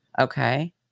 okay